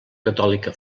catòlica